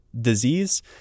disease